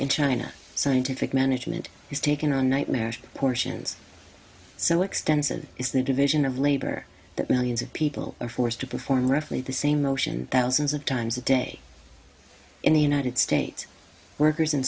in china scientific management has taken a nightmarish portions so extensive is the division of labor that millions of people are forced to perform roughly the same motion thousands of times a day in the united states workers in